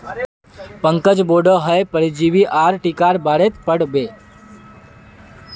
पंकज बोडो हय परजीवी आर टीकार बारेत पढ़ बे